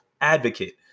advocate